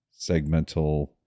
segmental